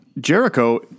Jericho